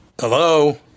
Hello